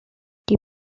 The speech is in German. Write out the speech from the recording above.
die